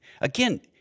Again